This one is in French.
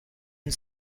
une